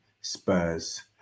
Spurs